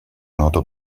noto